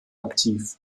aktiv